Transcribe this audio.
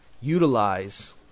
utilize